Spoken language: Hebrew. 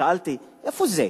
שאלתי: איפה זה?